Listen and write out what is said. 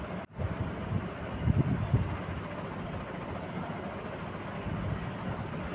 सिंधु घाटी के सभ्यता मे पटौनी के साधन भेटलो छै